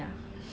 no but